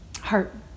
heart